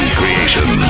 creation